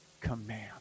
command